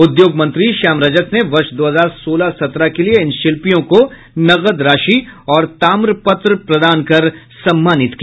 उद्योग मंत्री श्याम रजक ने वर्ष दो हजार सोलह सत्रह के लिए इन शिल्पियों को नकद राशि और ताम्रपत्र प्रदान कर सम्मानित किया